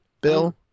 bill